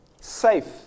safe